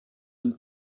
and